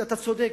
אתה צודק,